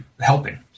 helping